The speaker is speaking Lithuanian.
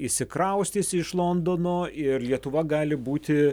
išsikraustys iš londono ir lietuva gali būti